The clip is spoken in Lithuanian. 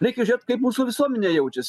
reikia žiūrėt kaip mūsų visuomenė jaučiasi